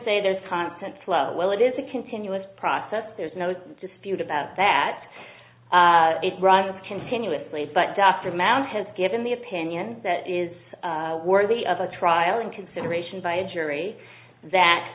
say there's constant flow well it is a continuous process there's no dispute about that it runs continuously but dr mount has given the opinion that is worthy of a trial and consideration by a jury that